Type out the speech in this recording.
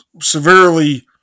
severely